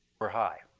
we're high.